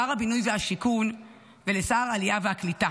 לשר הבינוי והשיכון ולשר העלייה והקליטה.